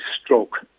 stroke